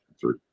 three